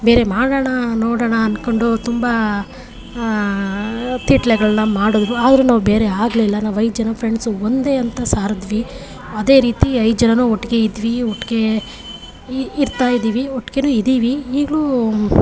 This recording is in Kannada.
ಬೇರೆ ಮಾಡೋಣ ನೋಡೋಣ ಅಂದ್ಕೊಂಡು ತುಂಬ ಕೀಟ್ಲೆಗಳನ್ನ ಮಾಡಿದ್ರು ಆದರೂ ನಾವು ಬೇರೆ ಆಗಲಿಲ್ಲ ನಾವು ಐದು ಜನ ಫ್ರೆಂಡ್ಸು ಒಂದೇ ಅಂತ ಸಾರಿದ್ವಿ ಅದೇ ರೀತಿ ಐದು ಜನರೂ ಒಟ್ಟಿಗೆ ಇದ್ವಿ ಒಟ್ಟಿಗೆ ಇರ್ತಾ ಇದ್ದೀವಿ ಒಟ್ಟಿಗೇನು ಇದ್ದೀವಿ ಈಗಲೂ